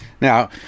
Now